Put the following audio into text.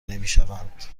نمیشوند